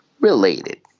Related